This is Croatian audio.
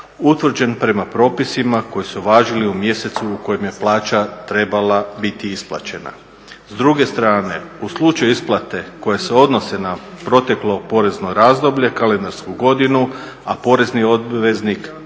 utvrđen prema propisima koji su važili u mjesecu u kojem je plaća trebala biti isplaćena. S druge strane u slučaju isplate koje se odnose na proteklo porezno razdoblje, kalendarsku godinu, a porezni obveznik